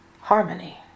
harmony